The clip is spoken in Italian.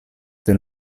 del